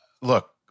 look